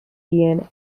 ian